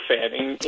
Fanning